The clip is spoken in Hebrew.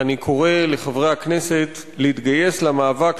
ואני קורא לחברי הכנסת להתגייס למאבק,